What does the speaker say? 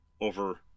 over